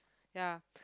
ya